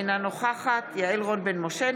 אינה נוכחת יעל רון בן משה,